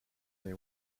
they